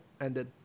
ended